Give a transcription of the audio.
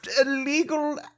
illegal